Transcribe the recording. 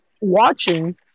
watching